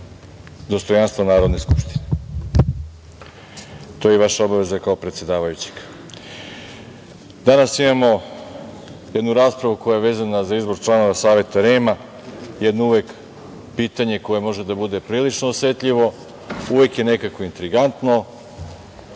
dostojanstvo Narodne skupštine, to je i vaša obaveza kao predsedavajućeg. Danas imamo jednu raspravu koja je vezana za izbor članova Saveta REM-a, jedno uvek pitanje koje može da bude prilično osetljivo, uvek je nekako intrigantno,